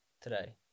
today